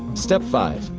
step five.